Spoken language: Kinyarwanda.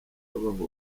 babahora